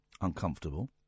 uncomfortable